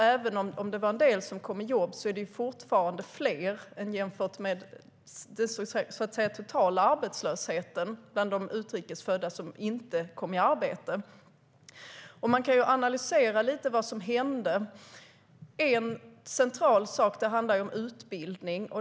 Även om det var en del som kom i jobb är det, om man ser till den totala arbetslösheten bland de utrikesfödda, fortfarande fler som inte har kommit i arbete. Man kan analysera vad som hände. En central sak är utbildning.